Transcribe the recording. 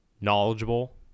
knowledgeable